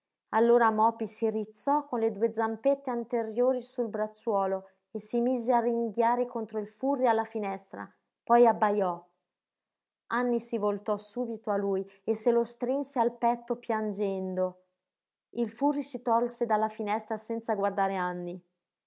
allora mopy si rizzò con le due zampette anteriori sul bracciuolo e si mise a ringhiare contro il furri alla finestra poi abbajò anny si voltò subito a lui e se lo strinse al petto piangendo il furri si tolse dalla finestra senza guardare anny